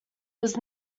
was